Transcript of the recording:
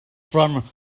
from